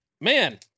Man